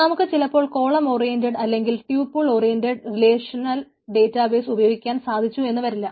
നമുക്ക് ചിലപ്പോൾ column oriented അല്ലെങ്കിൽ ട്യൂപ്യൂൾ ഓറിയൻറഡ് റിലേഷണൽ ഡേറ്റാബേസ് ഉപയോഗിക്കാൻ സാധിച്ചു എന്നുവരില്ല